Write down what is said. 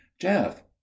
jeff